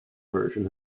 version